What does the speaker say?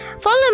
Follow